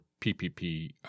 PPP